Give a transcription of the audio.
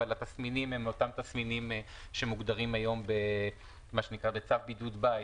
אבל התסמינים הם אותם תסמינים שמוגדרים היום בצו בידוד בית,